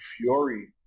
Fury